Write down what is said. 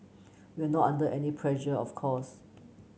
we are not under any pressure of course